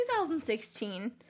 2016